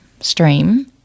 stream